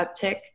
uptick